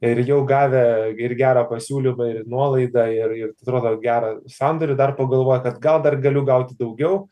ir jau gavę ir gerą pasiūlymą ir nuolaidą ir ir atrodo gerą sandorį dar pagalvoja kad gal dar galiu gauti daugiau